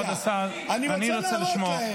כבוד השר, אני רוצה לשמוע.